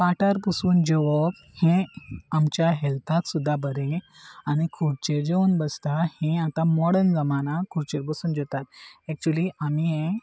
पाठार बसून जेवप हे आमच्या हेल्थाक सुद्दां बरे आनी खुर्चेर जेवन बसता हे आतां मोडन जमाना खुर्चेर पसून जातात एक्चुली आमी हे